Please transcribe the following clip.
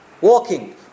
Walking